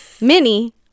mini